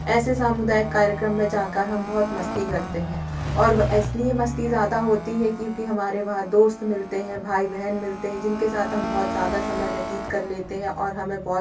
ऐसे सामुदायिक कार्यक्रम में जाकर हम बहुत मस्ती करते हैं और वे इसलिए मस्ती ज़्यादा होती है क्योंकि हमारे वहाँ दोस्त मिलते हैं भाई बहन मिलते हैं जिनके साथ हम बहुत ज़्यादा समय व्यतीत कर लेते हैं और हमें बहुत